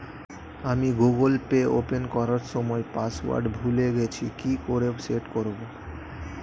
আমি Google Pay open করার সময় পাসওয়ার্ড ভুলে গেছি কি করে সেট করব?